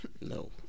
No